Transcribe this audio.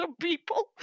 people